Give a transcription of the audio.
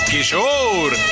Kishore